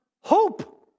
hope